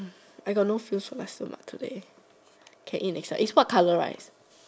I got no feels for nasi-lemak today can eat next time is what colour rice